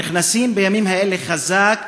נכנסים בימים האלה חזק